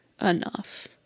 enough